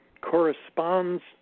corresponds